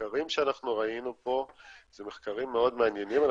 המחקרים שאנחנו ראינו פה הם מחקרים מאוד מעניינים.